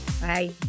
Bye